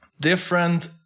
different